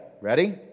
Ready